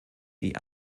die